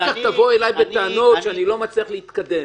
אחר כך תבוא אלי בטענות שאני לא מצליח להתקדם.